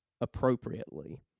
appropriately